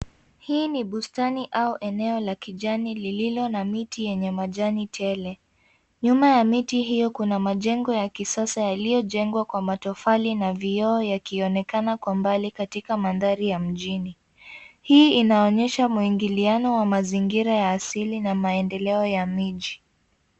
Hii ni bustani au eneo la kijani lililo na miti yenye majani tele. Nyuma ya miti hiyo kuna majengo ya kisasa yaliyojengwa kwa matofali na vioo yakionekana kwa mbali katika mandhari ya mjini. Hii inaonyesha mwingiliano wa mazingira ya asili na maendeleo ya miji.